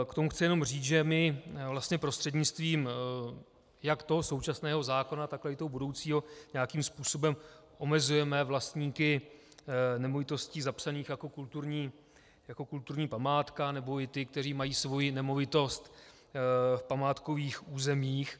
K tomu chci jenom říct, že my prostřednictvím jak toho současného zákona, tak toho budoucího nějakým způsobem omezujeme vlastníky nemovitostí zapsaných jako kulturní památka nebo i ty, kteří mají svoji nemovitost v památkových územích.